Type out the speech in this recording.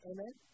Amen